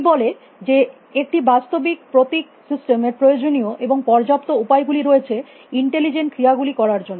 এটি বলে যে একটি বাস্তবিক প্রতীক সিস্টেম এর প্রয়োজনীয় এবং পর্যাপ্ত উপায় গুলি রয়েছে ইন্টেলিজেন্ট ক্রিয়া গুলি করার জন্য